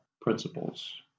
principles